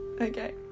okay